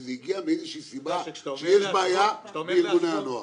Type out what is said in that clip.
שזה הגיע מאיזושהי סיבה שיש בעיה בארגוני הנוער.